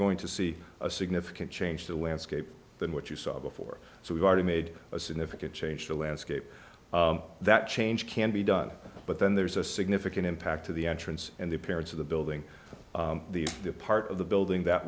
going to see a significant change the landscape than what you saw before so we've already made a significant change the landscape that change can be done but then there's a significant impact to the entrance and the appearance of the building the part of the building that